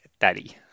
daddy